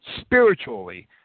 spiritually